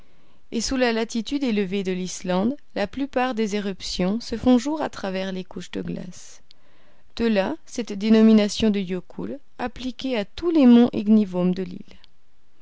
et sous la latitude élevée de l'islande la plupart des éruptions se font jour à travers les couches de glace de là cette dénomination de yocul appliquée à tous les monts ignivomes de l'île